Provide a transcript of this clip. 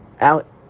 out